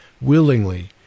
willingly